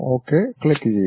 okay ക്ലിക്കുചെയ്യുക